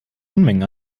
unmengen